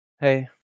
Hey